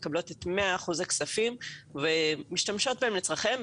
מקבלות את 100% הכספים ומשתמשות בהם לצרכיהם,